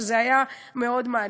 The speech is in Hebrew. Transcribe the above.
וזה היה מאוד מעניין.